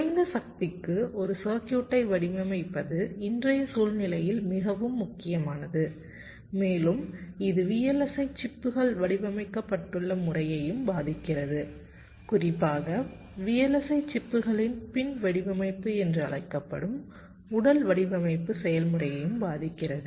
குறைந்த சக்திக்கு ஒரு சர்க்யூட்டை வடிவமைப்பது இன்றைய சூழ்நிலையில் மிகவும் முக்கியமானது மேலும் இது VLSI சிப்புகள் வடிவமைக்கப்பட்டுள்ள முறையையும் பாதிக்கிறது குறிப்பாக VLSI சிப்புகளின் பின் வடிவமைப்பு என்று அழைக்கப்படும் உடல் வடிவமைப்பு செயல்முறையும் பாதிக்கிறது